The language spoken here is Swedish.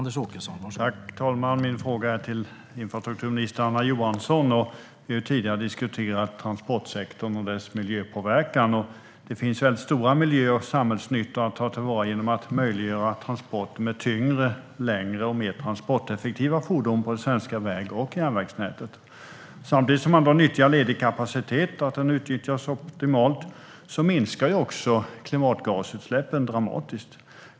Herr talman! Min fråga är till infrastrukturminister Anna Johansson. Vi har tidigare diskuterat transportsektorn och dess miljöpåverkan. Det finns väldigt stor miljö och samhällsnytta att ta till vara genom att möjliggöra transporter med tyngre, längre och mer transporteffektiva fordon på det svenska väg och järnvägsnätet. Samtidigt som man då nyttjar ledig kapacitet - den utnyttjas optimalt - minskar klimatgasutsläppen dramatiskt.